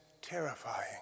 terrifying